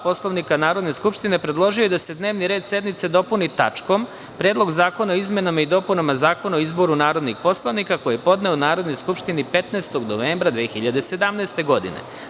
Poslovnika Narodne skupštine, predložio je da se dnevni red sednice dopuni tačkom – Predlog zakona o izmenama i dopunama Zakona o izboru narodnih poslanika, koji je podneo Narodnoj skupštini 15. novembra 2017. godine.